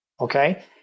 okay